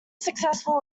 successful